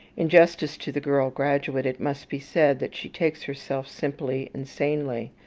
in justice to the girl graduate, it must be said that she takes herself simply and sanely.